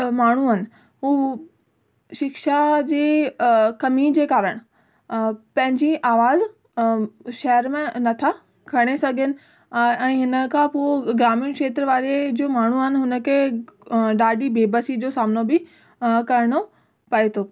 माण्हू आहिनि हू शिक्षा जी कमी जे कारण पंहिंजी आवाज शहर में नथा खणी सघनि ऐं ऐं हिनखां पोइ ग्रामीण खेत्र वारे जो माण्हू आहे हुनखे ॾाढी बेबसी जो सामनो बि करिणो पए थो